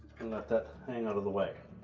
and let that hang out of the way.